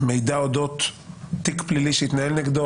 שמידע אודות תיק פלילי שהתנהל נגדו,